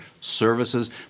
services